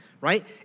right